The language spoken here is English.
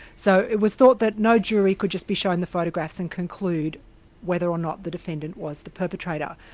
so it was thought that no jury could just be shown the photographs and conclude whether or not the defendant was the perpetrator.